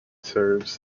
serves